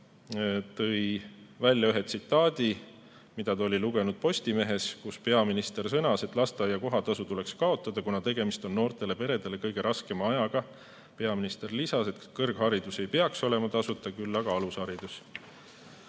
tõi välja ühe tsitaadi, mida ta oli lugenud Postimehest. Peaminister oli sõnanud, et lasteaia kohatasu tuleks kaotada, kuna tegemist on noortele peredele kõige raskema ajaga. Peaminister lisas, et kõrgharidus ei peaks olema tasuta, küll aga alusharidus.